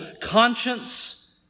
conscience